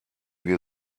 wir